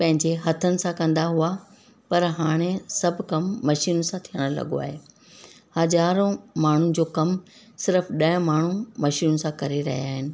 पंहिंजे हथनि सां कंदा हुआ पर हाणे सभु कम मशीन सां थियणु लॻो आहे हज़ारो माण्हुनि जो कमु सिर्फ़ु ॾह माण्हू मशीन सां करे रहिया आहिनि